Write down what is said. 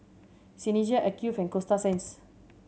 Seinheiser Acuvue and Coasta Sands